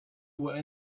were